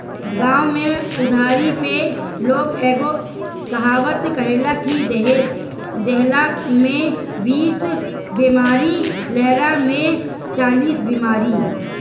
गांव में उधारी पे लोग एगो कहावत कहेला कि देहला में बीस बेमारी, लेहला में चालीस बेमारी